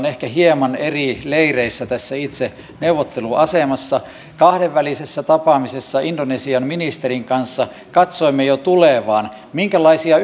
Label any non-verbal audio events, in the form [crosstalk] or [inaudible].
[unintelligible] ehkä hieman eri leireissä tässä itse neuvotteluasemassa kahdenvälisessä tapaamisessa indonesian ministerin kanssa katsoimme jo tulevaan minkälaisia [unintelligible]